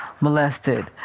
molested